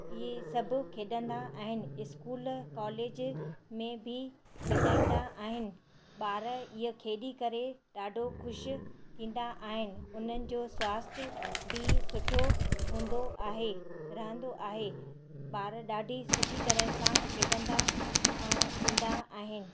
इहे सभु खेॾंदा आहिनि स्कूल कॉलेज में बि खेॾाईंदा आहिनि ॿार इहो खेॾी करे ॾाढो ख़ुशि थींदा आहिनि उननि जो स्वास्थ बि सुठो हूंदो आहे रहंदो आहे ॿार ॾाढी सुठी तरह सां खेॾंदा ऐं ईंदा आहिनि बसि